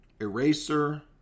Eraser